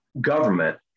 government